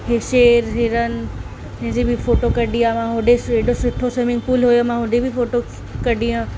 शेर हिरन हिन जी बि फ़ोटो कढी आहे मां होॾे सुठो स्विमिंग पूल हुयो मां होॾे बि फ़ोटो कढी आहे